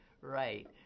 right